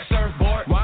Surfboard